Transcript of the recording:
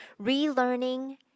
relearning